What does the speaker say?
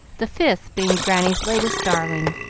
the fifth being granny's latest darling.